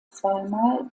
zweimal